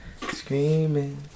Screaming